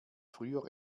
früher